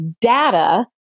data